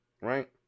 right